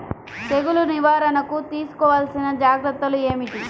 తెగులు నివారణకు తీసుకోవలసిన జాగ్రత్తలు ఏమిటీ?